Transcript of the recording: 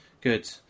Good